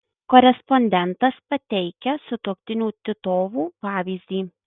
korespondentas pateikia sutuoktinių titovų pavyzdį